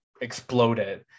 exploded